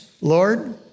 Lord